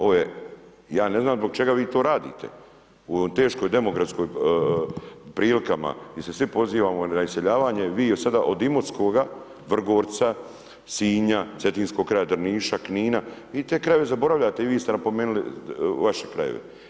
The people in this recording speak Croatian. Ovo je, ja ne znam zbog čega vi to radite u ovim teškim demografskim prilika gdje se svi pozivamo na iseljavanje vi sada od Imotskoga, Vrgorca, Sinja, Cetinskog kraja, Drniša, Knina, vi te krajeve zaboravljate i vi ste napomenuli vaše krajeve.